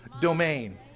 domain